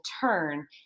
turn